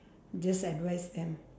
just advise them